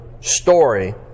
story